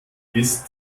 ist